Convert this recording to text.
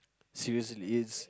seriously its